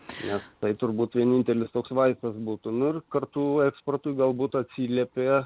nes tai turbūt vienintelis toks vaikas būtų nors kartų eksportui galbūt atsiliepė